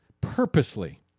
purposely